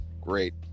Great